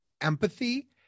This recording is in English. empathy